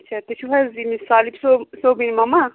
اچھا تُہۍ چھِو حظ ییٚمِس سالِق صٲب سالِق صٲبن مما